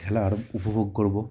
খেলার আর উপভোগ করবো